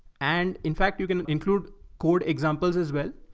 and in fact, you can include code examples as well.